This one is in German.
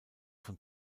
von